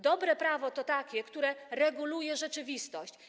Dobre prawo to takie, które reguluje rzeczywistość.